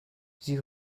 sie